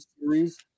series